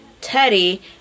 Teddy